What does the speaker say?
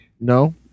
No